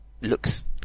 looks